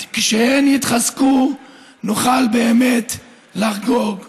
כשהן יתחזקו נוכל באמת לחגוג.